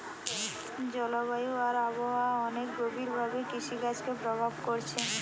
জলবায়ু আর আবহাওয়া অনেক গভীর ভাবে কৃষিকাজকে প্রভাব কোরছে